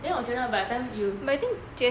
then 我觉得 by the time you